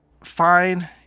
Fine